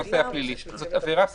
זאת עבירה פלילית.